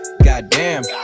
Goddamn